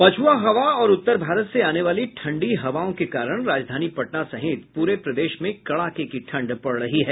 पछ्आ हवा और उत्तर भारत से आने वाली ठंडी हवाओं के कारण राजधानी पटना सहित पूरे प्रदेश में कड़ाके की ठंड पड़ रही है